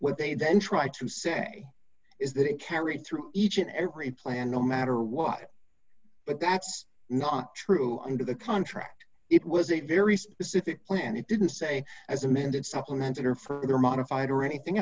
what they then try to say is that it carried through each and every plan no matter what but that's not true under the contract it was a very specific plan it didn't say as amended supplemented or further modified or anything